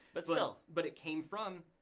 but still. but it came from,